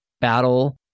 battle